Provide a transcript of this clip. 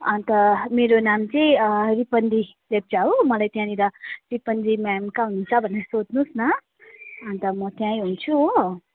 अन्त मेरो नाम चाहिँ रिपन्जी लेप्चा हो मलाई त्यहाँनिर रिपन्जी म्याम कहाँ हुनुहुन्छ भनेर सोध्नुहोस् न अन्त म त्यहीँ हुन्छु हो